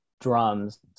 drums